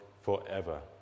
forever